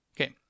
Okay